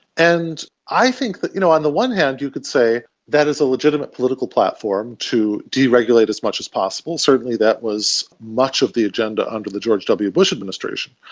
and i think that you know on the one hand you could say that is a legitimate political platform, to deregulate as much as possible. certainly that was much of the agenda under the george w bush administration,